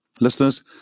Listeners